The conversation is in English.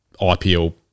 IPL